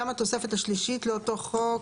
גם התוספת השלישית לאותו חוק,